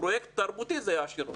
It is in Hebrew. כפרויקט תרבותי זה יעשיר אותה.